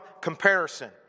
comparison